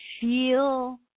Feel